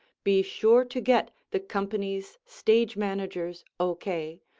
be sure to get the company's stage manager's ok,